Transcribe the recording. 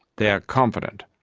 they are confident,